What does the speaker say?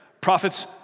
Prophets